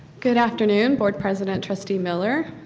good afternoon, board president trustee miller,